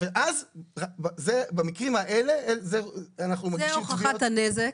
במקרים האלה אנחנו מגישים תביעות.